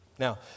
Now